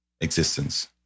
Existence